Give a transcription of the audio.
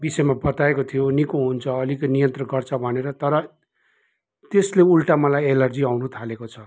विषयमाा बताएको थियो निको हुन्छ अलिक नियन्त्रण गर्छ भनेर तर त्यसले उल्टा मलाई एलर्जी आउन थालेको छ